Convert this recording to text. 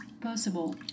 possible